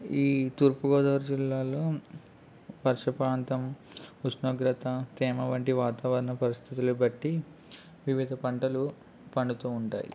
ఈ తూర్పుగోదావరి జిల్లాలో వర్షప్రాంతం ఉష్ణోగ్రత తేమ వంటి వాతావరణ పరిస్థితులు బట్టి వివిధ పంటలు పండుతు ఉంటాయి